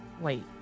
wait